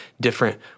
different